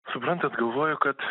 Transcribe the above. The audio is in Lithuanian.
suprantat galvoju kad